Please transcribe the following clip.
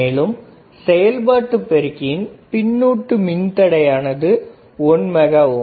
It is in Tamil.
மேலும் செயல்பாட்டு பெருக்கியின் பின்னுட்டு மின்தடையானது 1 மெகா ஓம்